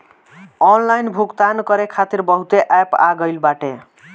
online भुगतान करे खातिर बहुते एप्प आ गईल बाटे